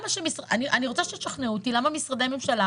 אני רוצה שתשכנעו אותי למה משרדי ממשלה